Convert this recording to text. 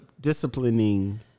disciplining